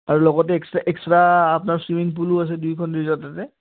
আৰু লগতে extra extra আপোনাৰ চুইমিং পুলো আছে দুইখন ৰিজ'ৰ্টতে